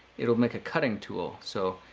it'll make a cutting tool. so,